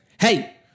hey